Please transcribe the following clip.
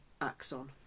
axon